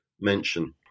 mention